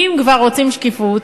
אם כבר רוצים שקיפות,